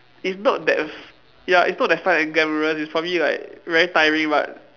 it's not that f~ ya it's not that fun and glamorous it's probably like very tiring but